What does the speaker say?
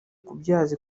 kubyaza